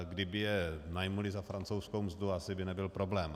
Kdyby je najali za francouzskou mzdu, asi by nebyl problém.